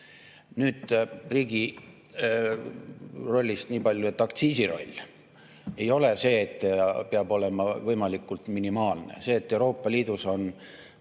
Nüüd, riigi rollist nii palju, et aktsiisi roll ei ole see, et peab olema võimalikult minimaalne. See, et Euroopa Liidus ei